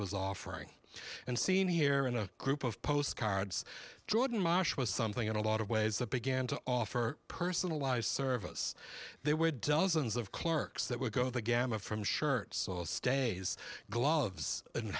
was offering and seen here in a group of postcards jordan marsh was something a lot of ways that began to offer personalized service there were dozens of clerks that would go the gamut from shirts stays gloves and